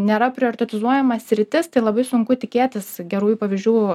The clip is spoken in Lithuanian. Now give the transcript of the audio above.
nėra prioritetizuojama sritis tai labai sunku tikėtis gerųjų pavyzdžių